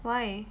why